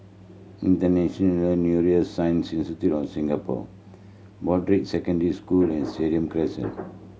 International Neuroscience Institute of Singapore Broadrick Secondary School and Stadium Crescent